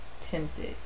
Tempted